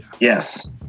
yes